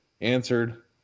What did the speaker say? answered